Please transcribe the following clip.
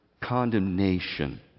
condemnation